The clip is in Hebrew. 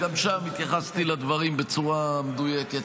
וגם שם התייחסתי לדברים בצורה מדויקת.